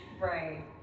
Right